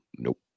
Nope